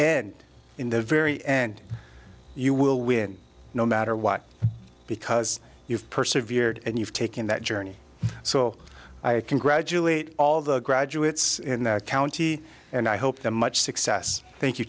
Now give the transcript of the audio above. end in the very end you will win no matter what because you've persevered and you've taken that journey so i can graduate all the graduates in the county and i hope that much success thank you